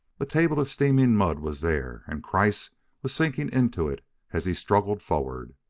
a table of steaming mud was there, and kreiss was sinking into it as he struggled forward.